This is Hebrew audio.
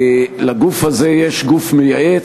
לגוף הזה יש גוף מייעץ,